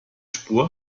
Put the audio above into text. spur